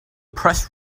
press